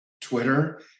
Twitter